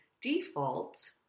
default